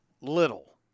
Little